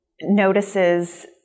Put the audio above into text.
notices